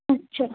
अच्छा